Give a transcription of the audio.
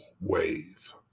Wave